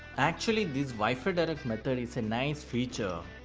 actually this wifi direct method is a nice feature.